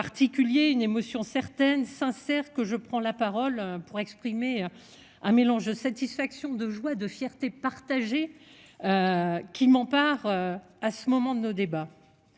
Particulier une émotion certaine sincère que je prends la parole pour exprimer. Un mélange de satisfaction de joie de fierté partagée. Qui m'ont par. À ce moment de nos débats.